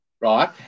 right